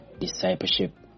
discipleship